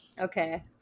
okay